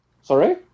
Sorry